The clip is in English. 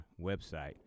website